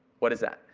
what is that?